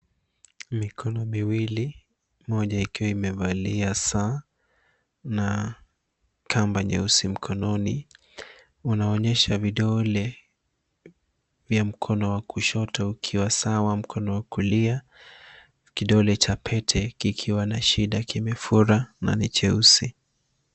Mikono miwili, moja ikiwa imevalia saa na kamba nyeusi mkononi. Wanaonyesha vidole vya mkono wa kushoto ukiwa sawa mkono wa kulia. Kidole cha pete kikiwa na shida, kimefura na ni cheusi.